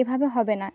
এভাবে হবে না